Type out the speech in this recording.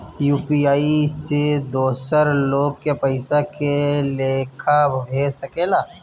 UPI से दोसर लोग के पइसा के लेखा भेज सकेला?